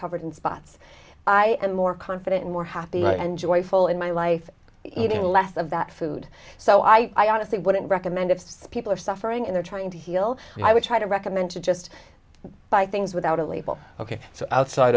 covered in spots i am more confident more happy and joyful in my life eating less of that food so i honestly wouldn't recommend of people are suffering in there trying to heal i would try to recommend to just buy things without a label ok so outside